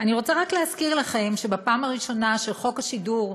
אני רוצה רק להזכיר לכם שבפעם הראשונה שחוק השידור,